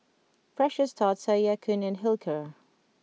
Precious Thots say Ya Kun and Hilker